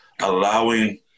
allowing